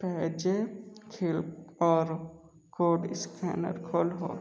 PayZapp खेल और code scanner खोलो